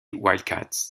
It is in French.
wildcats